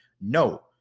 No